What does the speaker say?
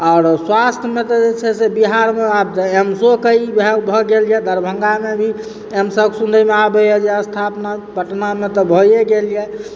आओर स्वास्थमे तऽ छै से बिहारमे आब तऽ एम्सोकऽ ई अऽ भऽ गेलए दरभङ्गामे भी एम्सक सुनयमऽ आबैए जे स्थापना पटनामे तऽ भए गेल यऽ